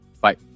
Bye